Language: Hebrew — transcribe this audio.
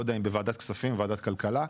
לא יודע אם בוועדת הכספים או בוועדת הכלכלה,